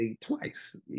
twice